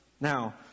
Now